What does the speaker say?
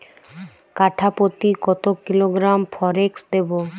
কাঠাপ্রতি কত কিলোগ্রাম ফরেক্স দেবো?